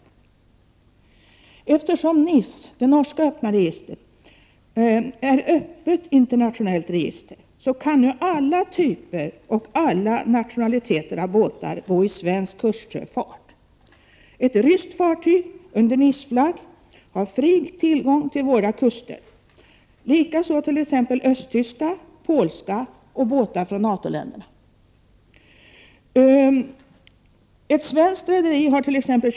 Eftersom NIS, det norska registret, är ett öppet internationellt register kan ju alla typer av båtar och alla nationaliteter gå i svensk kustsjöfart. Ett ryskt fartyg under NIS-flagg har fri tillgång till våra kuster. Detsamma gäller för båtar från t.ex. Östtyskland, Polen eller NATO-länderna. Ett svenskt rederi hart.ex.